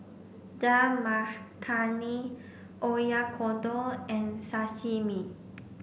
Dal Makhani Oyakodon and Sashimi